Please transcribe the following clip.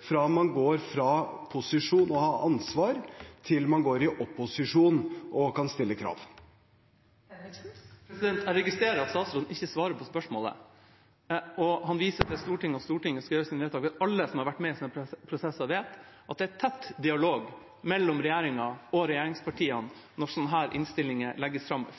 fra man går til posisjon og har ansvar til man går i opposisjon og kan stille krav. Jeg registrerer at statsråden ikke svarer på spørsmålet. Han viser til Stortinget og til at Stortinget skal fatte sine vedtak. Alle som har vært med på slike prosesser, vet at det er tett dialog mellom regjeringa og regjeringspartiene